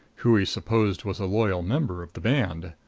who he supposed was a loyal member of the band.